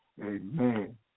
Amen